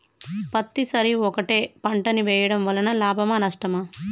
పత్తి సరి ఒకటే పంట ని వేయడం వలన లాభమా నష్టమా?